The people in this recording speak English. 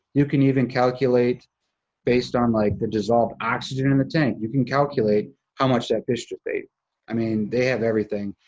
you can even calculate based on, like, the dissolved oxygen in the tank. you can calculate how much that fish should i mean, they have everything.